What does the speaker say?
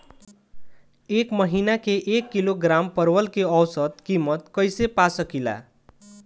एक महिना के एक किलोग्राम परवल के औसत किमत कइसे पा सकिला?